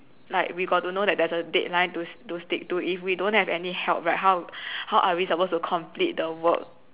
like we got to know that there's a deadline to to stick to if we don't have any help right how how are we supposed to complete the work